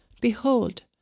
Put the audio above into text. Behold